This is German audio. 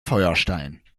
feuerstein